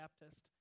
Baptist